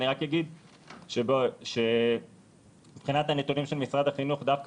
אני רק אגיד שמבחינת הנתונים של משרד החינוך דווקא